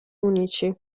unici